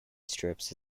strips